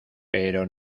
pero